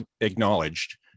acknowledged